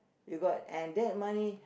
you got and that money